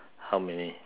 how many